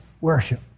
worship